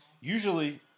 usually